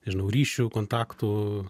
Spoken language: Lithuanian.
nežinau ryšių kontaktų